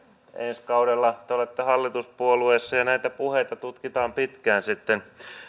ensi kaudella te olette hallituspuolueessa ja näitä puheita tutkitaan pitkään sitten